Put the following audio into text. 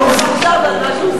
גם עכשיו, עכשיו, על מה שהוא עושה.